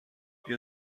بیا